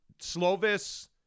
Slovis